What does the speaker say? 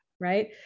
right